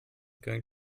going